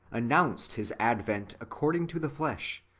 announced his advent according to the flesh,